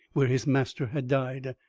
where his master had died.